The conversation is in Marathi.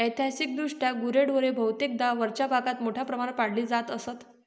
ऐतिहासिकदृष्ट्या गुरेढोरे बहुतेकदा वरच्या भागात मोठ्या प्रमाणावर पाळली जात असत